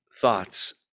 thoughts